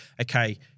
okay